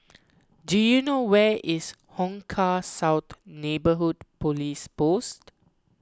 do you know where is Hong Kah South Neighbourhood Police Post